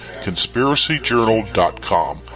conspiracyjournal.com